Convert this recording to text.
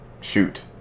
shoot